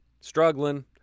struggling